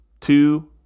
two